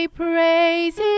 praise